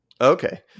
Okay